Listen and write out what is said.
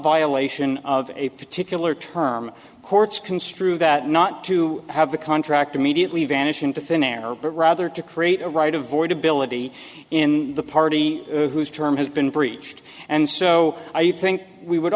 violation of a particular term courts construe that not to have the contract immediately vanish into thin air but rather to create a right of void ability in the party whose term has been breached and so i think we would